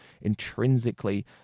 intrinsically